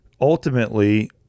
ultimately